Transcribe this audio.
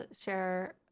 share